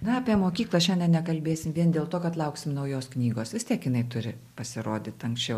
na apie mokyklą šiandien nekalbėsim vien dėl to kad lauksim naujos knygos vis tiek jinai turi pasirodyti anksčiau